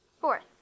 fourth